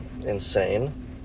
insane